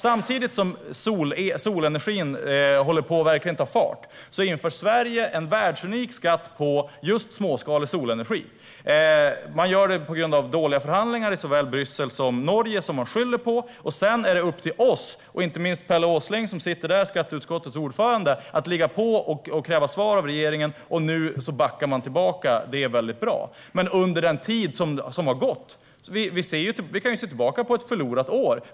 Samtidigt som solenergin håller på att verkligen ta fart inför Sverige en världsunik skatt på just småskalig solenergi. Man gör det på grund av dåliga förhandlingar i såväl Bryssel som Norge, som man skyller på, och sedan blir det upp till oss - och inte minst upp till skatteutskottets ordförande Pelle Åsling, som sitter här - att ligga på regeringen och kräva svar. Nu har man backat, vilket är bra, men vi kan se tillbaka på ett förlorat år.